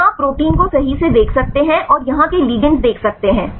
यहां आप प्रोटीन को सही से देख सकते हैं और यहां के लिगैंड्स देख सकते हैं